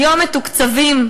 כיום מתוקצבים,